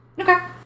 Okay